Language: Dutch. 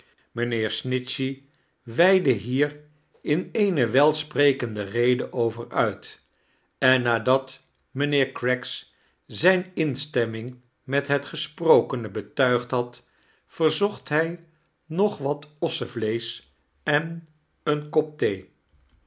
mijriheer snitchey weidde hier in eene welsprekende rede over uit en nadat mijnheeir craggs zijne instemming met het gesprokene betuigd had verzocht hij nog wat ossevleesch en een kop thee